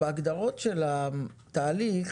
בהגדרות של התהליך,